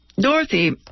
Dorothy